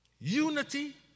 unity